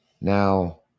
Now